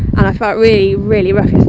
and i felt really, really rough